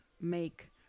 make